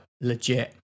legit